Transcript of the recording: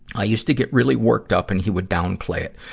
i used to get really worked up and he would downplay it.